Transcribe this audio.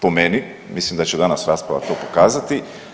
Po meni mislim da će danas rasprava to pokazati.